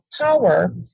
power